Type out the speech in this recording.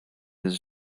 his